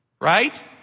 Right